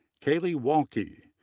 kaylee walkey,